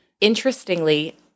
interestingly